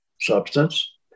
substance